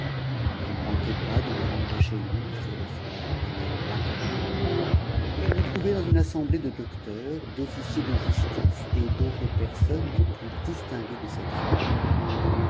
je ne manquai pas de me rendre chez lui sur le soir à l'heure marquée et je me trouvai dans une assemblée de docteurs d'officiers de justice et d'autres personnes des plus distinguées de cette ville